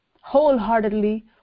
wholeheartedly